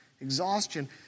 exhaustion